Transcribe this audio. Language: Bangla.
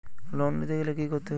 লোন নিতে গেলে কি করতে হবে?